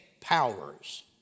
powers